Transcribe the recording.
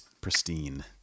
pristine